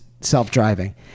self-driving